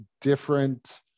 different